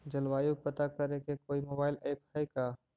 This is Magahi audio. जलवायु पता करे के कोइ मोबाईल ऐप है का?